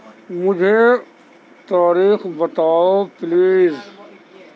مجھے تاریخ بتاؤ پلیز